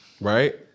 right